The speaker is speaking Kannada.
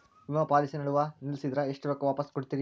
ವಿಮಾ ಪಾಲಿಸಿ ನಡುವ ನಿಲ್ಲಸಿದ್ರ ಎಷ್ಟ ರೊಕ್ಕ ವಾಪಸ್ ಕೊಡ್ತೇರಿ?